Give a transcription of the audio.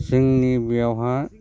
जोंनि बेयावहाय